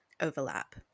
overlap